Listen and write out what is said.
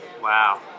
Wow